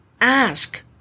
Ask